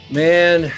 man